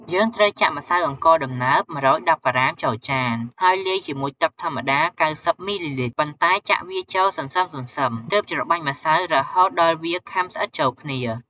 យើងត្រូវចាក់ម្សៅអង្ករដំណើប ១១០ក្រាមចូលចាន ហើយលាយជាមួយទឹកធម្មតា ៩០ មីលីលីត្រ ប៉ុន្តែចាក់វាចូលសន្សឹមៗ ទើបច្របាច់ម្សៅរហូតដល់វាខាំស្អិតចូលគ្នា។